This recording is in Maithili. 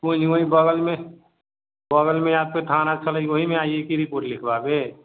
कोई नहि वही बगलमे बगलमे आपके थाना छलेै ओहिमे आइये कि रिपोर्ट लिखबाबै